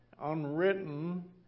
unwritten